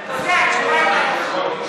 רבותינו,